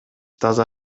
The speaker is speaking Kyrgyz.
таза